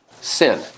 sin